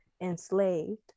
enslaved